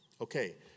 Okay